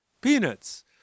peanuts